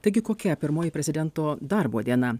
taigi kokia pirmoji prezidento darbo diena